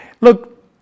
look